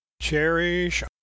Cherish